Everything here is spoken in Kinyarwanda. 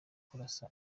kurasa